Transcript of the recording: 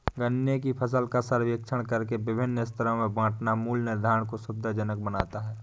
गन्ने की फसल का सर्वेक्षण करके विभिन्न स्तरों में बांटना मूल्य निर्धारण को सुविधाजनक बनाता है